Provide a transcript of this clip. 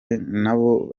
nabo